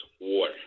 war